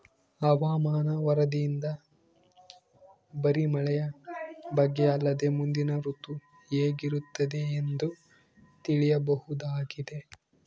ಹವಾಮಾನ ವರದಿಯಿಂದ ಬರಿ ನಾಳೆಯ ಬಗ್ಗೆ ಅಲ್ಲದೆ ಮುಂದಿನ ಋತು ಹೇಗಿರುತ್ತದೆಯೆಂದು ತಿಳಿಯಬಹುದಾಗಿದೆ